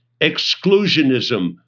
exclusionism